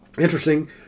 interesting